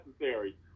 necessary